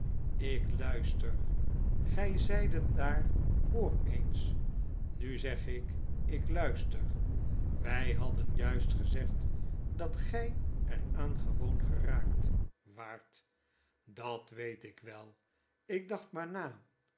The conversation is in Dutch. lk luister gij zeidet daar hoor eens nu zeg ik ik luister wij hadden juist gezegddatgij er aan gewoon geraakt waart dat weet ik wel ik dacht maar na